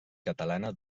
catalana